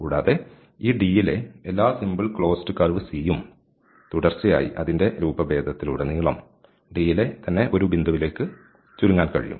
കൂടാതെ ഈ D യിലെ എല്ലാ സിമ്പിൾ ക്ലോസ്ഡ് കർവ് C യും തുടർച്ചയായി അതിൻറെ രൂപ ഭേദത്തിൽ ഉടനീളം D യിലെ തന്നെ ഒരു ബിന്ദുവിലേക്ക് ചുരുങ്ങാൻ കഴിയും